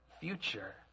future